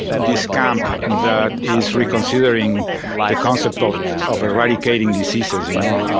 this camp and that is reconsidering the concept of of eradicating diseases, you know,